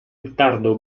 tardo